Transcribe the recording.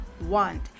want